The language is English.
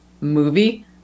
movie